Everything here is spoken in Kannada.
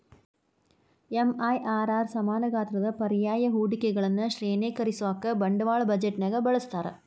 ಎಂ.ಐ.ಆರ್.ಆರ್ ಸಮಾನ ಗಾತ್ರದ ಪರ್ಯಾಯ ಹೂಡಿಕೆಗಳನ್ನ ಶ್ರೇಣೇಕರಿಸೋಕಾ ಬಂಡವಾಳ ಬಜೆಟ್ನ್ಯಾಗ ಬಳಸ್ತಾರ